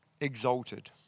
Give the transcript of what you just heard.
exalted